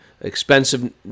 expensive